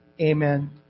amen